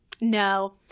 No